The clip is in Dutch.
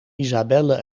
isabelle